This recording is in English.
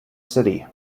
city